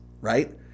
right